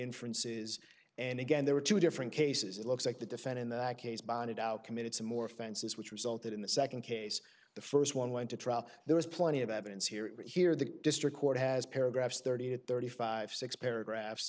inferences and again there were two different cases it looks like the defense in the case bonded out committed some more offenses which resulted in the second case the first one went to trial there was plenty of evidence here and here the district court has paragraphs thirty to thirty five six paragraphs